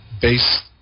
base